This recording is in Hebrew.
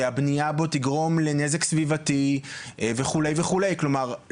שהבנייה בו תגרום לנזק סביבתי וכו' וכו' כלומר,